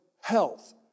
health